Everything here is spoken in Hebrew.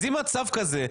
אז אם יש מצב כזה,